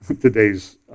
today's